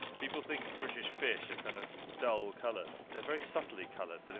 people think british fish are kind of dull coloured. they are very subtly coloured,